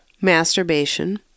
Masturbation